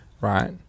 right